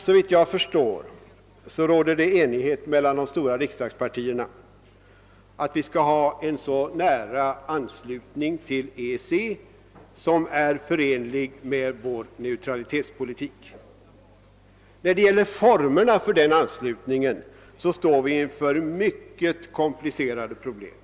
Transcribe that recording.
Såvitt jag förstår råder bland de stora riksdagspartierna enighet om att vi skall ha en så nära anslutning till EEC som är förenlig med vår neutralitetspolitik. När det gäller formerna för den anslutningen står vi inför mycket komplicerade problem.